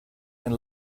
and